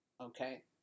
Okay